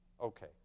Okay